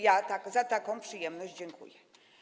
Ja za taką przyjemność dziękuję.